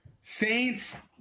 Saints